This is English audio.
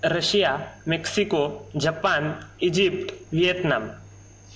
Russia Mexico Japan Egypt Vietnam